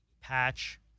patch